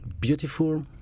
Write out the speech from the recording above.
beautiful